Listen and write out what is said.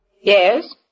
Yes